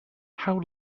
how